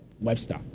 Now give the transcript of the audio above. webster